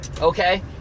Okay